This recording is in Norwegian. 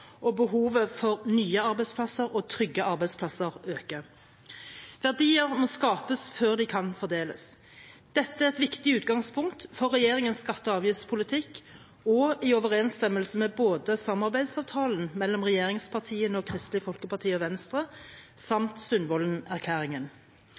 og behovet for nye arbeidsplasser, trygge arbeidsplasser, øker. Verdier må skapes før de kan fordeles. Dette er et viktig utgangspunkt for regjeringens skatte- og avgiftspolitikk og i overenstemmelse med både samarbeidsavtalen mellom regjeringspartiene og Kristelig Folkeparti og Venstre